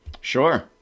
sure